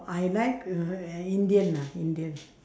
I like uh indian ah indian